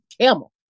camel